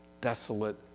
desolate